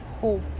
hope